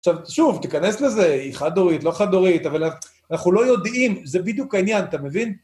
עכשיו, שוב, תיכנס לזה, היא חד-הורית, לא חד-הורית, אבל אנחנו לא יודעים, זה בדיוק העניין, אתה מבין?